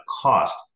cost